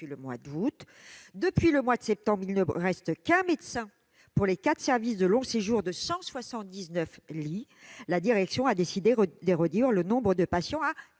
depuis août dernier. Depuis le mois de septembre, il ne reste qu'un médecin pour les quatre services de long séjour de 179 lits. La direction a décidé d'en réduire le nombre à 90 lits.